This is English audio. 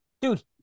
Dude –